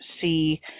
see